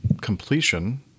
completion